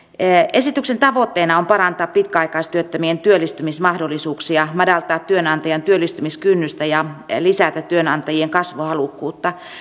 esityksen tavoitteena on parantaa pitkäaikaistyöttömien työllistymismahdollisuuksia madaltaa työnantajan työllistämiskynnystä ja lisätä työnantajien kasvuhalukkuutta